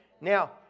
Now